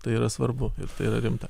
tai yra svarbu tai yra rimta